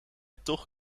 toch